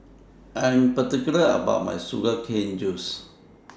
I Am particular about My Sugar Cane Juice